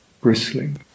bristling